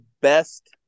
best